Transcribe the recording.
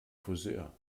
frisör